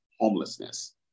Homelessness